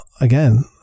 again